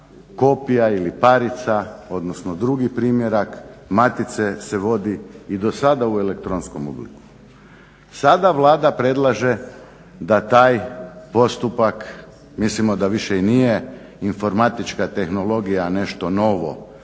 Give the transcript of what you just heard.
kopija ili parica odnosno drugi primjerak matice se vodi i do sada u elektronskom obliku. Sada Vlada predlaže da taj postupak mislimo da više i nije informatička tehnologija nešto novo